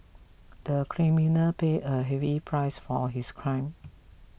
the criminal paid a heavy price for his crime